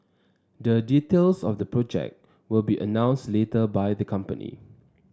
the details of the project will be announced later by the company